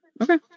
okay